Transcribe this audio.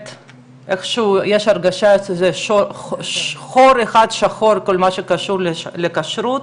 איכשהו יש הרגשה של חור אחד שחור בכל מה שקשור לכשרות